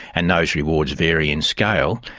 and those rewards vary in scale,